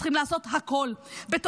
צריכים לעשות הכול -- תודה רבה.